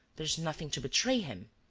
there is nothing to betray him.